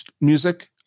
music